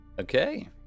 okay